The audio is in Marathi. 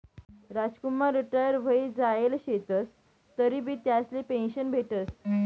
रामकुमार रिटायर व्हयी जायेल शेतंस तरीबी त्यासले पेंशन भेटस